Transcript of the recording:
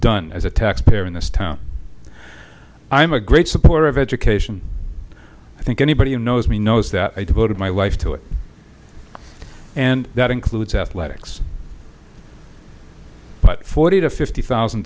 done as a taxpayer in this town i'm a great supporter of education i think anybody who knows me knows that i devoted my life to it and that includes athletics but forty to fifty thousand